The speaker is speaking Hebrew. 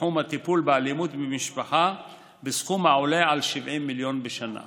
בתחום הטיפול באלימות במשפחה בסכום העולה על 70 מיליון שקלים בשנה.